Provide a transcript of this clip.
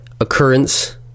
occurrence